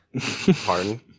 pardon